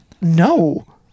no